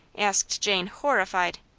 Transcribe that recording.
asked jane, horrified.